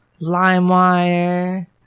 LimeWire